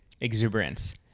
exuberance